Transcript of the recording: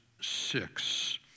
six